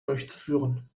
durchzuführen